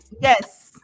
Yes